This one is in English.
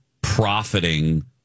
profiting